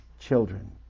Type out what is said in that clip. children